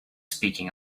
speaking